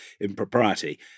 impropriety